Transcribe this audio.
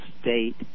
state